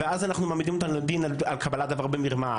ואז אנחנו מעמידים אותם לדין על קבלת דבר במרמה.